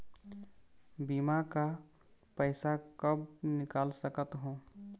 बीमा का पैसा कब निकाल सकत हो?